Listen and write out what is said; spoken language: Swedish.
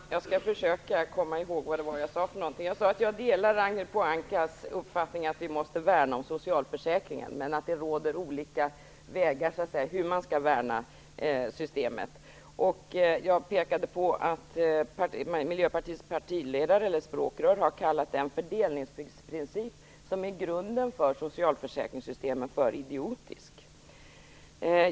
Fru talman! Jag skall försöka komma ihåg vad jag sade. Jag sade att jag delar Ragnhild Pohankas uppfattning att vi måste värna socialförsäkringarna, men att det finns olika vägar att värna systemet. Jag pekade på att Miljöpartiets partiledare, eller språkrör, har kallat den fördelningsprincip som är grunden för socialförsäkringssystemen idiotisk.